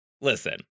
Listen